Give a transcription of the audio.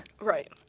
Right